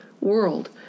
world